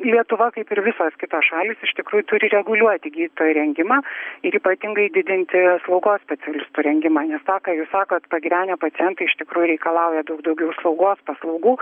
lietuva kaip ir visos kitos šalys iš tikrųjų turi reguliuoti gydytojų rengimą ir ypatingai didinti slaugos specialistų rengimą nes tą ką jūs sakot pagyvenę pacientai iš tikrųjų reikalauja daug daugiau slaugos paslaugų